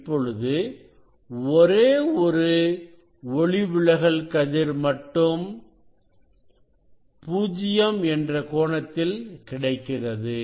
இப்பொழுது ஒரே ஒரு ஒளிவிலகல் கதிர் மட்டும் 0 என்ற கோணத்தில் கிடைக்கிறது